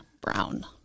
Brown